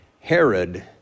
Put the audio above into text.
Herod